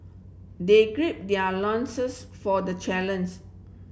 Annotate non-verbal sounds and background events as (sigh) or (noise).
they gird their nonsense for the (unintelligible)